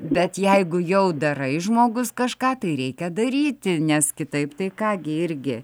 bet jeigu jau darai žmogus kažką tai reikia daryti nes kitaip tai ką gi irgi